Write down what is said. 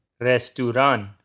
Restaurant